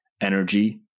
energy